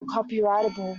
uncopyrightable